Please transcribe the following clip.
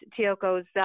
Tioko's